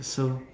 so